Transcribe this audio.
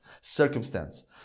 circumstance